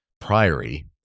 Priory